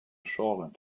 shoreland